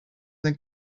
and